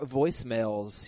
voicemails